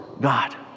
God